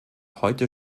heute